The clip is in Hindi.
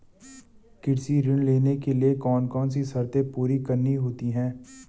कृषि ऋण लेने के लिए कौन कौन सी शर्तें पूरी करनी होती हैं?